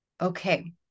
Okay